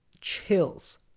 Chills